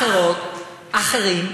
אחרים,